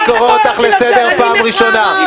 אני קורא אותך לסדר פעם ראשונה.